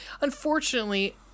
unfortunately